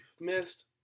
missed